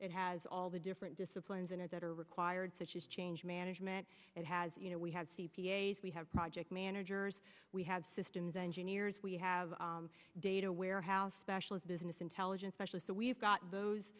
it has all the different disciplines in it that are required such as change management that has you know we had c p a s we have project managers we have systems engineers we have data warehouse specialist business intelligence specialist so we've got those